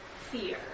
fear